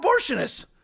abortionists